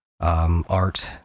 art